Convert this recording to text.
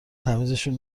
تمیزشون